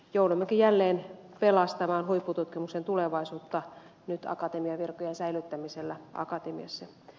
joudummekin jälleen pelastamaan huippututkimuksen tulevaisuutta nyt akatemiavirkojen säilyttämisellä akatemiassa